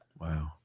Wow